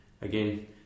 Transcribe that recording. Again